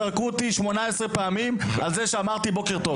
כבר זרקו אותי 18 פעמים על זה שאמרתי בוקר טוב.